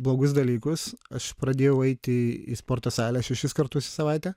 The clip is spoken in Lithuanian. blogus dalykus aš pradėjau eiti į sporto salę šešis kartus į savaitę